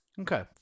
Okay